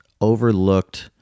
overlooked